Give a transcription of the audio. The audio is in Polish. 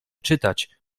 czytać